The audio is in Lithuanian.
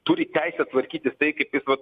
turi teisę tvarkytis tai kaip jis vat